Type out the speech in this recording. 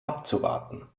abzuwarten